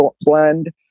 blend